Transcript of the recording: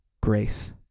grace